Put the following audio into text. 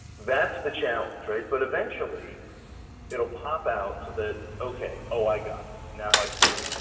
that's the challenge, right? but eventually it'll pop out so that okay, oh, i got it, now i see.